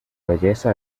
belleza